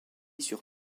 sur